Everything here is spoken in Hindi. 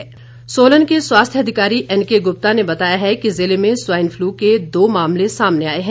स्वाइन फ्लू सोलन के स्वास्थ्य अधिकारी एनके गुप्ता ने बताया है कि जिले में स्वाइन फ्लू के दो मामले सामने आए हैं